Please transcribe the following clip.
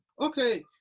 Okay